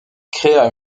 créa